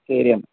ശരിയെന്നാൽ